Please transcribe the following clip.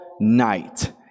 night